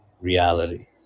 reality